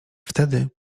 wtedy